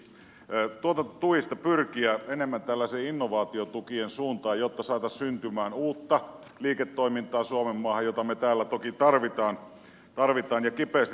pitäisikö näistä tuotantotuista pyrkiä enemmän innovaatiotukien suuntaan jotta saataisiin syntymään suomenmaahan uutta liiketoimintaa jota me täällä toki tarvitsemme ja kipeästi tarvitsemmekin